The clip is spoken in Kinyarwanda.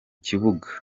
kibuga